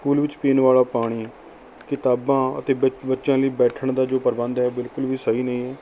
school ਵਿੱਚ ਪੀਣ ਵਾਲਾ ਪਾਣੀ ਕਿਤਾਬਾਂ ਅਤੇ ਬਚ ਬੱਚਿਆਂ ਲਈ ਬੈਠਣ ਦਾ ਜੋ ਪ੍ਰਬੰਧ ਹੈ ਬਿਲਕੁਲ ਵੀ ਸਹੀ ਨਹੀਂ